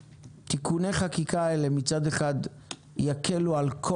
שתיקוני החקיקה הללו מצד אחד יקלו על כל